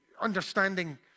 understanding